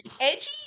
edgy